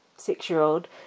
six-year-old